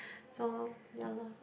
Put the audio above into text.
so ya loh